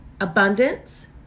abundance